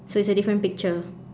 so it's a different picture